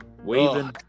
waving